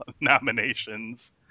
nominations